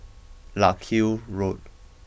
Larkhill Road